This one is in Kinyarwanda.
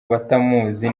batamuzi